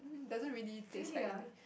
doesn't really taste like that